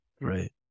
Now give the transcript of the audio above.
Right